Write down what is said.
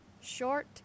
Short